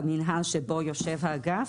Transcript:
"המינהל שבו יושב האגף",